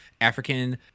African